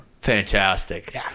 Fantastic